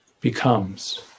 Becomes